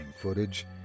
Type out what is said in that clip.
footage